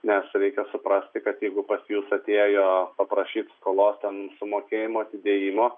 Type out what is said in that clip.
nes reikia suprasti kad jeigu pas jus atėjo paprašyti skolos ten sumokėjimo atidėjimo